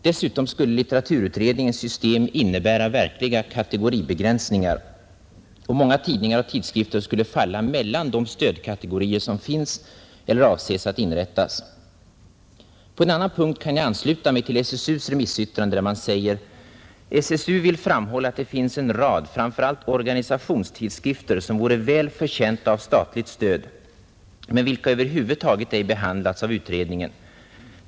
Dessutom skulle litteraturutredningens system innebära verkliga kategoribegränsningar, och åtskilliga tidningar och tidskrifter skulle falla mellan de stödkategorier som finns eller avses att inrättas. På en annan punkt kan jag ansluta mig till SSU:s remissyttrande, där man säger: ”SSU vill framhålla att det finns en rad framför allt organisationstidskrifter som vore väl förtjänta av statligt stöd, men vilka över huvud taget ej behandlats av utredningen.